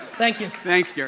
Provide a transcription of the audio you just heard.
thank you. thanks,